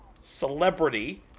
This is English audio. Celebrity